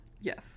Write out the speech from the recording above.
Yes